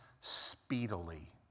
speedily